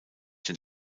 den